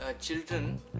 children